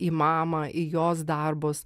į mamą į jos darbus